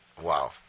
Wow